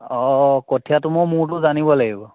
অঁ কঠিয়াটো মই মোৰতো জানিব লাগিব